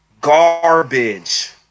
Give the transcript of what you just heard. garbage